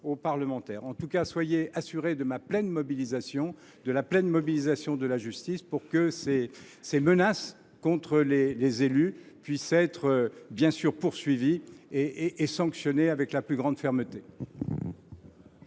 les parlementaires. En tout cas, soyez assuré de ma pleine mobilisation et de la pleine mobilisation de la justice pour que les menaces contre les élus puissent être poursuivies et sanctionnées avec la plus grande fermeté.